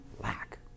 lack